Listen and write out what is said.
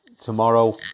tomorrow